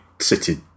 City